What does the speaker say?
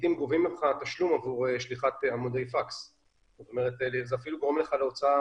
לעתים גובים ממך תשלום עבור שליחת פקס כך שזה אפילו גורם לך להוצאה